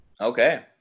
okay